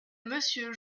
monsieur